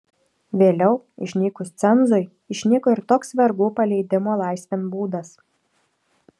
vėliau išnykus cenzui išnyko ir toks vergų paleidimo laisvėn būdas